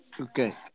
Okay